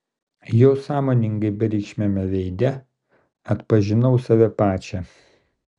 jo sąmoningai bereikšmiame veide atpažinau save pačią